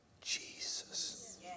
Jesus